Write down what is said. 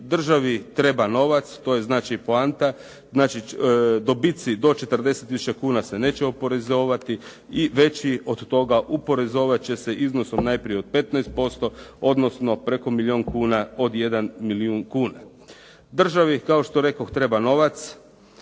državi treba novac, to je znači poanta. Znači dobici do 40 tisuća kuna se neće oporezovati i veći od toga uporezovat će se iznosom najprije od 15%, odnosno preko milijon kuna od 1 milijun kuna. Državi, kao što rekoh, treba novac,